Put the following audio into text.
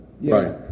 Right